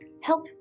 help